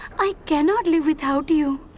i cannot live without you.